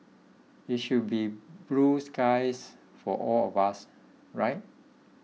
it should be blue skies for all of us right